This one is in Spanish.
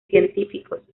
científicos